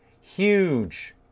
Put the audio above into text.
huge